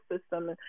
system